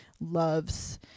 loves